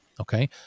Okay